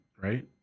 right